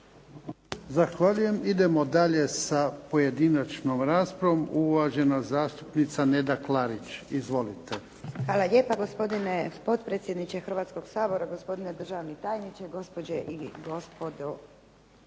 Zahvaljujem. Idemo dalje sa pojedinačnom raspravom. Uvažena zastupnica Neda Klarić. Izvolite. **Klarić, Nedjeljka (HDZ)** Hvala lijepo gospodine potpredsjedniče Hrvatskog sabora. Gospodine državni tajniče, gospođe i gospodo